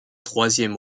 troisième